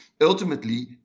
ultimately